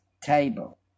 table